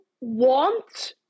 want